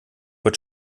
wird